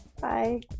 Bye